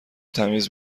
تمیز